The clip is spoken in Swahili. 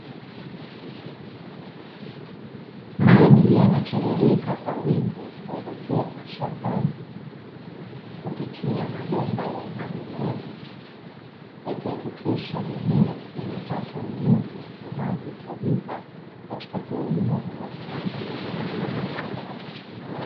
Maji yanatiririka kwa wingi kuelekea mashambani kupitia mabomba ya umwagiliaji, yakihakikisha mimea inapata unyevu unaohitajika katika kilimo bora.